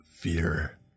Fear